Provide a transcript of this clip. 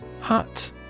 Hut